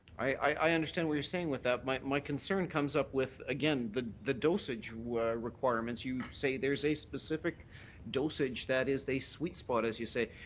i understand what you're saying with that. my my concern comes up with again the the dosage requirements. you say there's a specific dosage that is a sweet spot as you say.